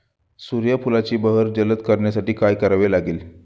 सूर्यफुलाची बहर जलद करण्यासाठी काय करावे लागेल?